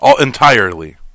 entirely